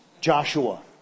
Joshua